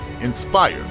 inspire